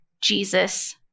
Jesus